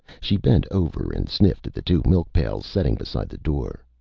she bent over and sniffed at the two milk pails setting beside the door.